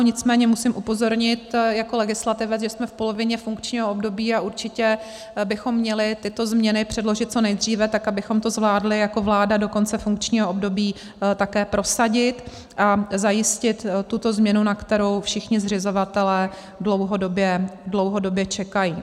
Nicméně musím upozornit jako legislativec, že jsme v polovině funkčního období a určitě bychom měli tyto změny předložit co nejdříve, tak abychom to zvládli jako vláda do konce funkčního období také prosadit a zajistit tuto změnu, na kterou všichni zřizovatelé dlouhodobě čekají.